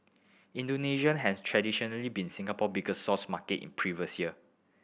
Indonesia has traditionally been Singapore biggest source market in previous year